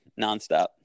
nonstop